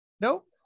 nope